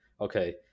okay